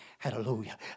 Hallelujah